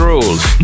Rules